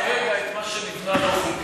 הוחלט שלא להרוס כרגע את מה שנבנה לא חוקית.